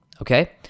okay